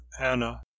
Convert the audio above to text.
Anna